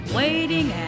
waiting